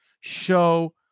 show